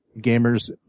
gamers